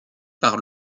par